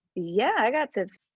yeah, i got tips.